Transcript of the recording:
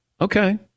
Okay